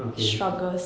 okay